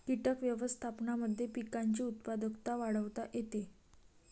कीटक व्यवस्थापनाद्वारे पिकांची उत्पादकता वाढवता येते